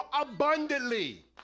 abundantly